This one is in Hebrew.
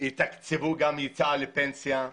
ולתקצב גם יציאה לפנסיה.